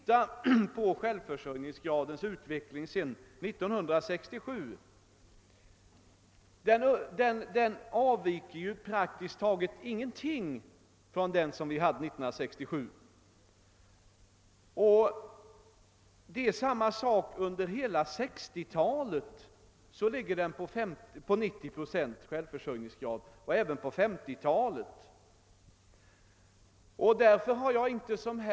Ja, vår självförsörjningsgrad nu avviker praktiskt taget inte alls från den vi hade 1967. Under hela 1950 och 1960-talen har den legat på omkring 90 procent.